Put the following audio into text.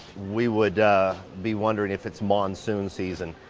we would be wondering if it's monsoon season,